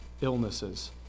illnesses